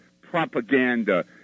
propaganda